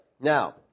Now